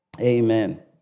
Amen